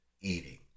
eating